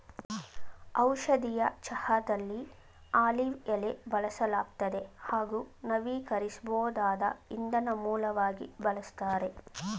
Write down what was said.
ಔಷಧೀಯ ಚಹಾದಲ್ಲಿ ಆಲಿವ್ ಎಲೆ ಬಳಸಲಾಗ್ತದೆ ಹಾಗೂ ನವೀಕರಿಸ್ಬೋದಾದ ಇಂಧನ ಮೂಲವಾಗಿ ಬಳಸ್ತಾರೆ